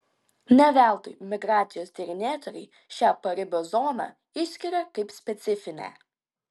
ne veltui migracijos tyrinėtojai šią paribio zoną išskiria kaip specifinę